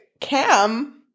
Cam